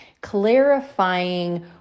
clarifying